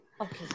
okay